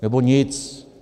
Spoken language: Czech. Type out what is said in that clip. Nebo nic.